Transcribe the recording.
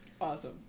Awesome